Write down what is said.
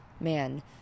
Man